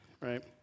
right